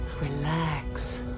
Relax